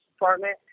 department